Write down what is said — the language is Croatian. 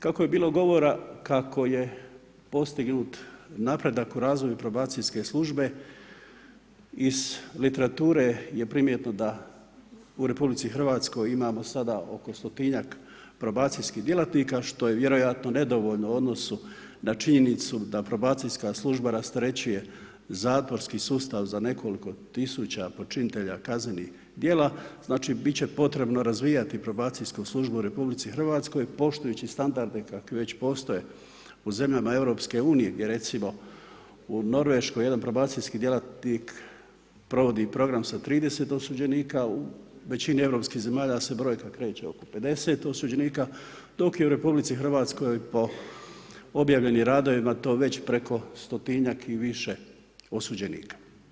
Kako je bilo govora, kako je postignut napredak u razvoju probacijske službe iz literature je primjetno da u Republici Hrvatskoj imamo sada oko 100-tinjak probacijskih djelatnika, što je vjerojatno nedovoljno u odnosu na činjenicu da probacijska služba rasterećuje zatvorski sustav za nekoliko tisuća počinitelja kaznenih djela, znači bit će potrebno razvijati probacijsku službu u Republici Hrvatskoj poštujući standarde kakvi već postoje u zemljama Europske unije, gdje recimo u Norveškoj jedan probacijski djelatnik provodi program sa 30 osuđenika, a u većini europskih zemalja se brojka kreće oko 50 osuđenika, dok je u Republici Hrvatskoj po objavljenim radovima to već preko stotinjak i više osuđenika.